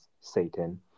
satan